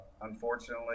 Unfortunately